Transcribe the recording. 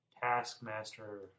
Taskmaster